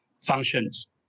functions